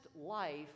life